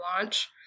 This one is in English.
launch